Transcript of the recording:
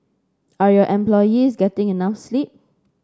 are your employees getting enough sleep